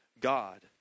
God